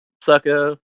sucker